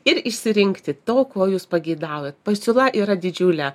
ir išsirinkti to ko jūs pageidaujat pasiūla yra didžiulė